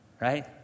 right